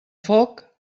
foc